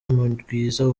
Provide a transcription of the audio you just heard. mugwiza